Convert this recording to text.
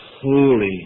Holy